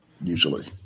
usually